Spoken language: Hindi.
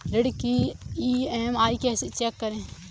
ऋण की ई.एम.आई कैसे चेक करें?